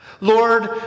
Lord